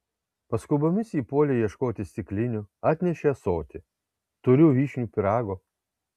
paskubomis ji puolė ieškoti stiklinių atnešė ąsotį turiu vyšnių pyrago